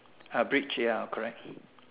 a bridge ya correct